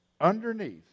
underneath